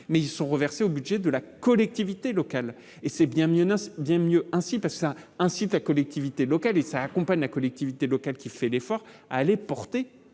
mais ils sont reversés au budget de la collectivité locale, et c'est bien mieux, bien mieux ainsi parce que ça incite à, collectivités locales, il s'accompagne la collectivité locale qui fait l'effort d'aller porter